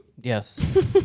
Yes